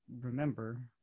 remember